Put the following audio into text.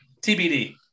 TBD